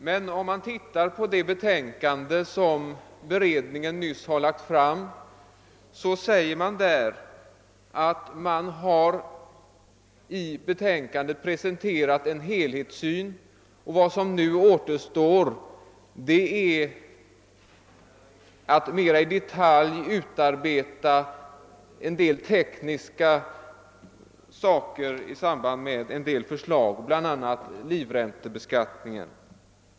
Men om man ser på det betänkande, som beredningen nyss har lagt fram, finner man att den säger sig där redan ha presenterat en helhetssyn och att vad som nu återstår är att utarbeta en del tekniska detaljer i samband med vissa förslag, bl.a. rörande livräntebeskattningen.